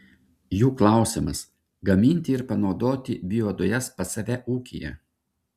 jų klausimas gaminti ir panaudoti biodujas pas save ūkyje